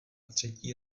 třetí